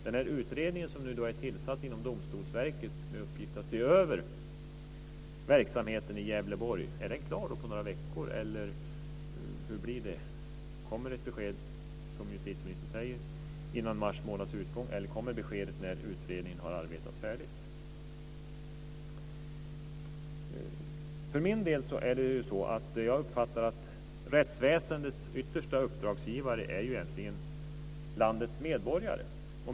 Är den utredning som är tillsatt inom Domstolsverket med uppgift att se över verksamheten i Gävleborg klar på några veckor, eller hur blir det? Kommer det ett besked, som justitieministern säger, innan mars månads utgång, eller kommer beskedet när utredningen har arbetat färdigt? Jag uppfattar att rättsväsendets yttersta uppdragsgivare egentligen är landets medborgare.